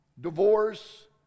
divorce